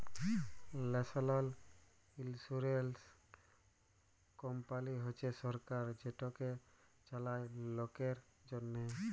national insurance company হছে সরকার যেটকে চালায় লকের জ্যনহে